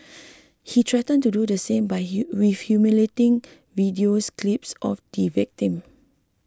he threatened to do the same with humiliating videos clips of the victim